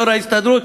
יושב-ראש ההסתדרות,